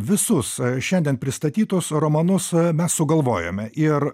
visus šiandien pristatytus romanus a mes sugalvojome ir